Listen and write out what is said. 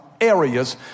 areas